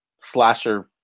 slasher